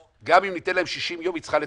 גם אם ניתן לה 60, היא צריכה לתפקד.